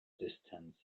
distance